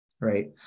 right